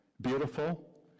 Beautiful